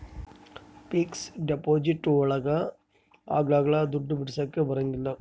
fixed deposit ಒಳಗ ಅಗ್ಲಲ್ಲ ದುಡ್ಡು ಬಿಡಿಸಕ ಬರಂಗಿಲ್ಲ